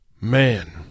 Man